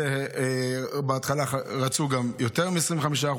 בהתחלה רצו גם יותר מ-25%,